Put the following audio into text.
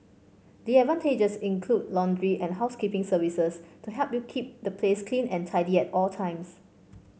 the advantages include laundry and housekeeping services to help you keep the place clean and tidy at all times